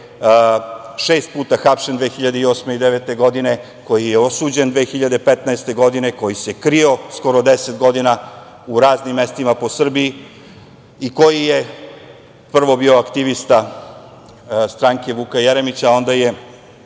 šest puta hapšen, 2008. i 2009. godine, koji je osuđen 2015. godine, koji se krio skoro deset godina u raznim mestima po Srbiji i koji je prvo bio aktivista stranke Vuka Jeremića, a onda je